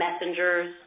messengers